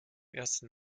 ersten